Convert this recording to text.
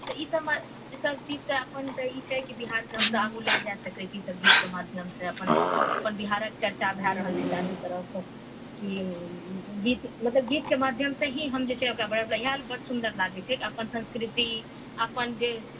तऽ ईसभमे ईसभ चीजसँ ई छै जे हमसभ अपन बिहारकेँ आगू लऽ जा सकैत छी ईसभ गीतके माध्यमसँ अपन अपन बिहारक चर्चा भए रहल छै चारू तरफ कि गीत मतलब गीतके माध्यमसँ ही हम जे छै ओकरा बड़ा बड़ा इएह लेल बड्ड सुन्दर लागैत छै कि अपन संस्कृति अपन जे